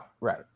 right